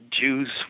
Jews